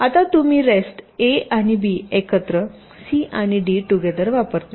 आता तुम्ही रेस्ट अ आणि ब एकत्र सी आणि डी टुगेदर वापरता